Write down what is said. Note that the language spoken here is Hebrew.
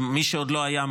ומי שעוד לא היה,